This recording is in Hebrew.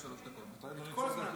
אתה יודע,